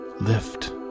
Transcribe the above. lift